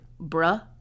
bruh